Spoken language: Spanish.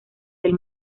del